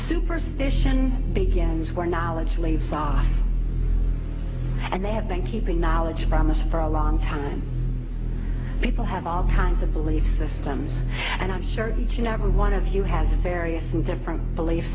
superstition begins where knowledge leaves off and they have been keeping knowledge from us for a long time people have all kinds of belief systems and i'm certain to never one of you has various and different belief